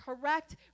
Correct